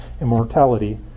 immortality